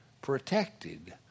protected